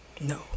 no